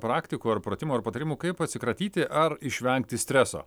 praktikų ar pratimų ar patarimų kaip atsikratyti ar išvengti streso